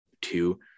two